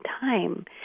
time